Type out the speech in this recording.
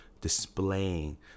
displaying